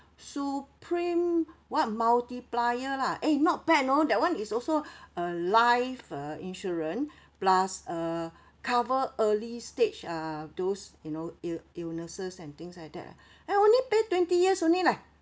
supreme what multiplier lah eh not bad you know that one is also a life uh insurance plus uh cover early stage uh those you know ill illnesses and things like that and only pay twenty years only leh